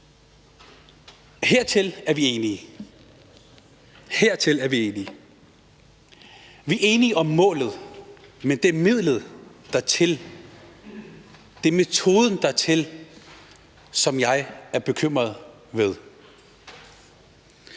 langt er vi enige. Vi er enige om målet, men det er midlet dertil, metoden dertil, som jeg er bekymret for.